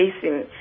facing